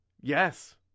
Yes